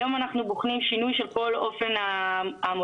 היום אנחנו בוחנים שינוי של כל אופן המודל,